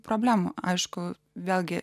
problemų aišku vėlgi